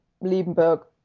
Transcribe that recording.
liebenberg